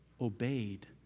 obeyed